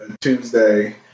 Tuesday